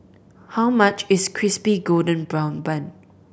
how much is Crispy Golden Brown Bun